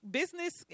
business